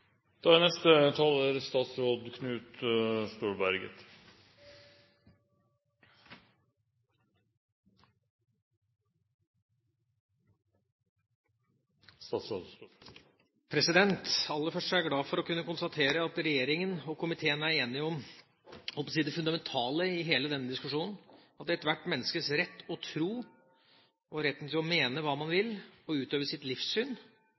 da er kanskje også min frihet truet. Aller først er jeg glad for å kunne konstatere at regjeringa og komiteen er enige om det fundamentale i hele denne diskusjonen, at det er ethvert menneskes rett å tro og mene hva man vil og å utøve sitt livssyn,